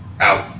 out